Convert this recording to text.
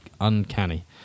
uncanny